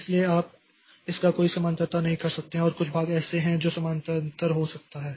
इसलिए आप इसका कोई समानांतरता नहीं कर सकते हैं और कुछ भाग ऐसे हैं जो समानांतर हो सकता है